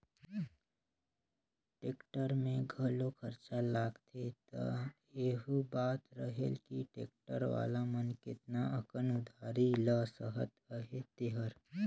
tractor में घलो खरचा लागथे त एहू बात रहेल कि टेक्टर वाला मन केतना अकन उधारी ल सहत अहें तेहर